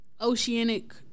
Oceanic